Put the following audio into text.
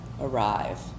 arrive